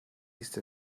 east